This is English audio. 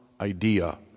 idea